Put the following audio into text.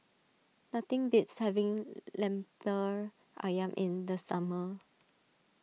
nothing beats having Lemper Ayam in the summer